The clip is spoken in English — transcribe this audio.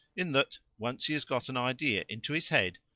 in that, once he has got an idea into his head,